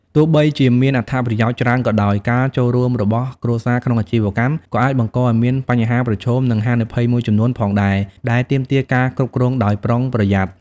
ទោះបីជាមានអត្ថប្រយោជន៍ច្រើនក៏ដោយ ការចូលរួមរបស់គ្រួសារក្នុងអាជីវកម្មក៏អាចបង្កឲ្យមានបញ្ហាប្រឈម និងហានិភ័យមួយចំនួនផងដែរ ដែលទាមទារការគ្រប់គ្រងដោយប្រុងប្រយ័ត្ន។